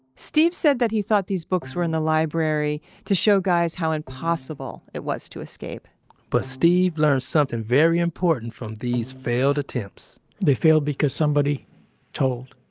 steve said that he thought these books were in the library to show guys how impossible it was to escape but steve learned something very important from these failed attempts they failed because somebody told.